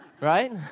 Right